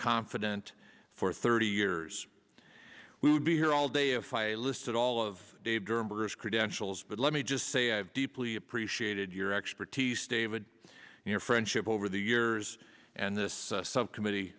confident for thirty years we would be here all day if i listed all of dave gerber's credentials but let me just say i have deeply appreciated your expertise david in your friendship over the years and this subcommittee